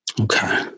Okay